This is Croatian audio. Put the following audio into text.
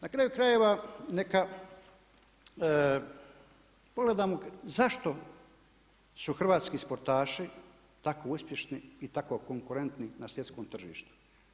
Na kraju krajeva, pogledajmo zašto su hrvatski sportaši tako uspješni i tako konkurentni na svjetskom tržištu?